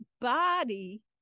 body